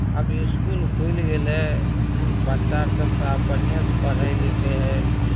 आब इसकुल खुलि गेलै हूँ बच्चा आर सब तऽ आब बढ़िएँ से पढ़ैत लिखैत हइ